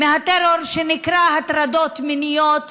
מהטרור שנקרא הטרדות מיניות